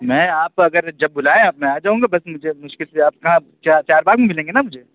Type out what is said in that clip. میں آپ اگر جب بلائیں آپ میں آ جاؤں گا بس مجھے مشکل سے آپ کہاں چار چار باغ میں ملیں گے نا مجھے